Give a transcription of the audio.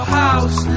house